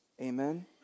Amen